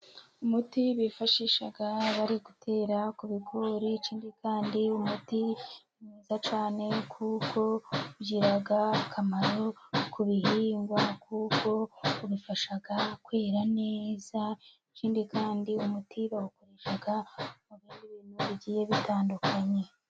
Umuti bifashisha bari gutera ku bigori, ikindi kandi umuti mwiza cyane, kuko ugira akamaro ku bihingwa, kuko ubifasha kwera neza, ikindi kandi umuti bawukoresha mu bindi bintu bigiye bitandukanye.